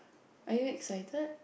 are you excited